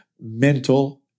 mental